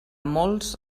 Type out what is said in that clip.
molts